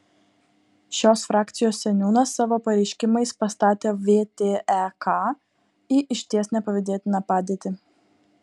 šios frakcijos seniūnas savo pareiškimais pastatė vtek į išties nepavydėtiną padėtį